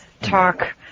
talk